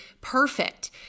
perfect